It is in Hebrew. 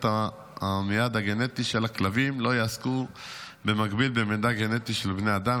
המידע הגנטי של הכלבים לא יעסקו במקביל במידע גנטי של בני אדם,